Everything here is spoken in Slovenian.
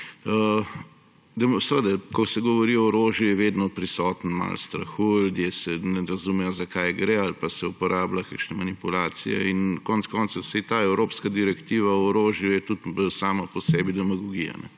Ko se govori o orožju, je vedno prisotno malo strahu. Ljudje ne razumejo, za kaj gre ali pa se uporabljajo kakšne manipulacije. In konec koncev saj ta evropska direktiva o orožju je tudi sama po sebi demagogija.